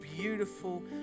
beautiful